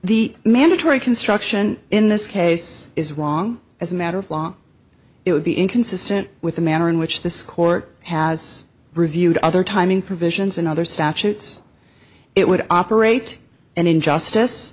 the mandatory construction in this case is wrong as a matter of law it would be inconsistent with the manner in which this court has reviewed other timing provisions and other statutes it would operate an injustice